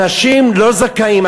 אנשים לא זכאים,